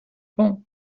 pont